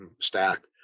stack